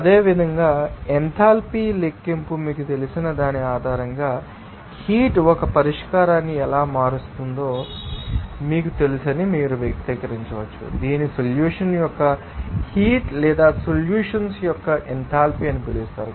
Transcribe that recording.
అదేవిధంగా ఎథాల్పీ లెక్కింపు మీకు తెలిసిన దాని ఆధారంగా హీట్ ఒక పరిష్కారాన్ని ఎలా మారుస్తుందో మీకు తెలుసని మీరు వ్యక్తీకరించవచ్చు దీనిని సొల్యూషన్స్ యొక్క హీట్ లేదా సొల్యూషన్స్ యొక్క ఎంథాల్పీ అని పిలుస్తారు